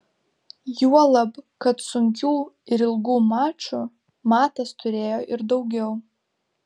juolab kad sunkių ir ilgų mačų matas turėjo ir daugiau